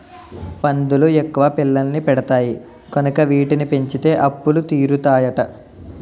పందులు ఎక్కువ పిల్లల్ని పెడతాయి కనుక వీటిని పెంచితే అప్పులు తీరుతాయట